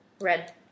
Red